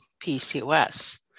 PCOS